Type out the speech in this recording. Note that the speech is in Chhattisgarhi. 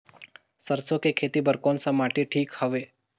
सरसो के खेती बार कोन सा माटी ठीक हवे?